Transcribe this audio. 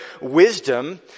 wisdom